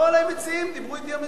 באו אלי מציעים, דיברו אתי המציעים.